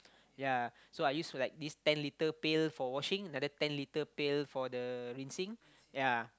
ya so I use to like this ten litre pail for washing another ten litre pail for the rinsing ya